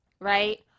right